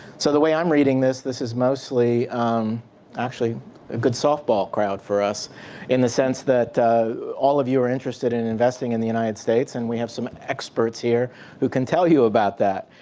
so the way i'm reading this, this is mostly actually a good softball crowd for us in the sense that all of you are interested in investing in the united states. and we have some experts here who can tell you about that.